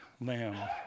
lamb